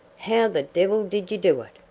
how the devil did you do it?